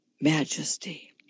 majesty